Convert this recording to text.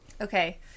Okay